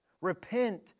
Repent